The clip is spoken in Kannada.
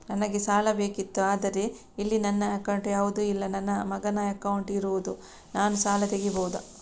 ನನಗೆ ಸಾಲ ಬೇಕಿತ್ತು ಆದ್ರೆ ಇಲ್ಲಿ ನನ್ನ ಅಕೌಂಟ್ ಯಾವುದು ಇಲ್ಲ, ನನ್ನ ಮಗನ ಅಕೌಂಟ್ ಇರುದು, ನಾನು ಸಾಲ ತೆಗಿಬಹುದಾ?